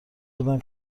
بودم